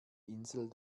insel